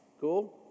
Cool